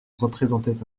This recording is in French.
représentait